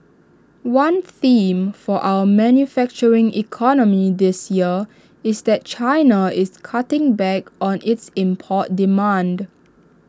one theme for our manufacturing economy this year is that China is cutting back on its import demand